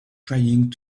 trying